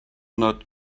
not